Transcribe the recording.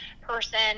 person